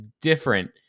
different